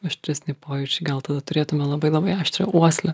aštresni pojūčiai gal tada turėtume labai labai aštrią uoslę